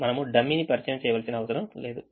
మనము డమ్మీని పరిచయం చేయనవసరం లేదు